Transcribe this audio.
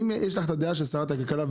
אם יש לך את הדעה של שרת הכלכלה,